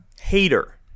hater